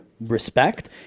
respect